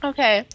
Okay